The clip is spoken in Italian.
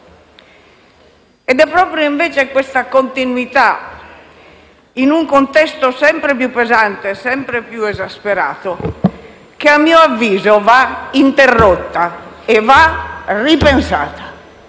proprio questa continuità, in un contesto sempre più pesante e sempre più esasperato, che a mio avviso va interrotta e va ripensata.